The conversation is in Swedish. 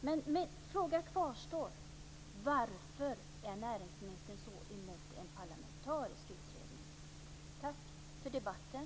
Men min fråga kvarstår: Varför är näringsministern så emot en parlamentarisk utredning? Tack för debatten!